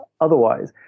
otherwise